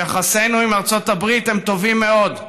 שיחסינו עם ארצות הברית הם טובים מאוד,